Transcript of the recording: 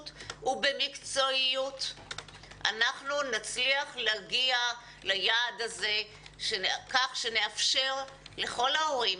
ובמקצועיות אנחנו נצליח להגיע ליעד הזה כך שנאפשר לכל ההורים